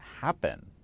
happen